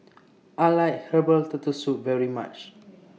I like Herbal Turtle Soup very much